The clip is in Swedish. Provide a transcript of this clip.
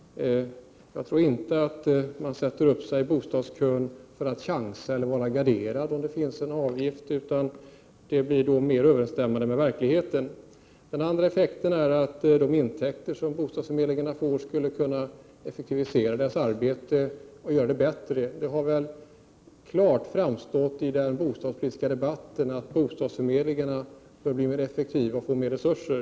Jag tror inte att man ställer sig i bostadskön för att chansa eller gardera sig, om det är avgiftsbelagt. Bostadskön blir då mer överensstämmande med verkligheten. För det andra kan man på bostadsförmedlingarna, med de intäkter man får, effektivisera arbetet och utföra det bättre. I den bostadspolitiska debatten har klart framgått att bostadsförmedlingarna behöver bli mer effektiva och få mer resurser.